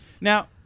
Now